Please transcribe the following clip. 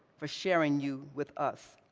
for sharing you with us.